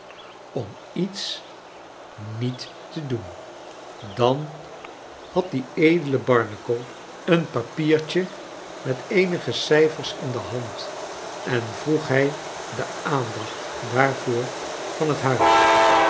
om iets niet te doen dan had die edele barnacle een papiertje met eenige cijfers in de hand en vroeg hij de aandacht daarvoor van het huis